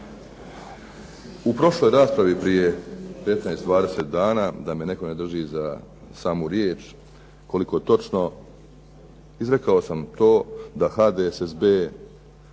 U prošloj raspravi prije 15, 20 dana, da me netko ne drži za samu riječ koliko točno, izrekao sam to da HDSSB